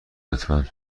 لطفا